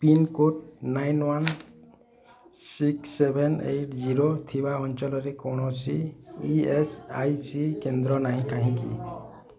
pincode nine one six seven eight zero ଥିବା ଅଞ୍ଚଳରେ କୌଣସି ଇ ଏସ୍ ଇ ସି କେନ୍ଦ୍ର ନାହିଁ କାହିଁକି